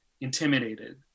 intimidated